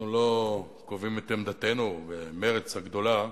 אנחנו לא קובעים את עמדתנו, במרצ הגדולה,